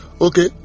okay